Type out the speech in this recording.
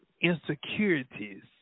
insecurities